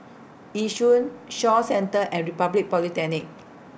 Yishun Shaw Centre and Republic Polytechnic